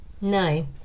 No